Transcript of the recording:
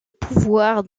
pouvoir